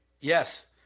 yes